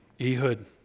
Ehud